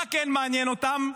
מה כן מעניין אותם?